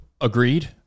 Agreed